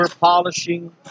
polishing